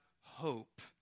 hope